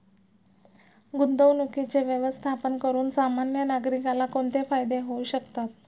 गुंतवणुकीचे व्यवस्थापन करून सामान्य नागरिकाला कोणते फायदे होऊ शकतात?